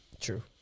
True